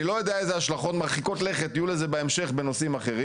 אני לא יודע איזה השלכות מרחיקות לכת יהיו לזה בהמשך בנושאים אחרים.